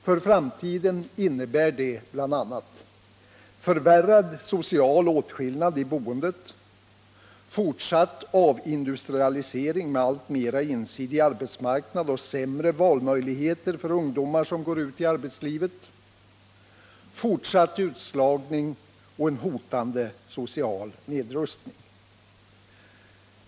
För framtiden innebär detta bl.a.: förvärrad social åtskillnad i boendet, fortsatt avindustrialisering med en alltmer ensidig arbetsmarknad och sämre valmöjligheter för ungdomar som går ut i arbetslivet, fortsatt utslagning och en hotande social nedrustning.